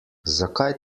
zakaj